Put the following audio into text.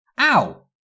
Ow